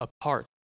apart